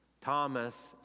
Thomas